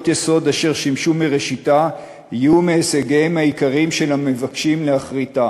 יסוד אשר שימשו מראשיתה יהיו מהישגיהם העיקריים של המבקשים להכריתה.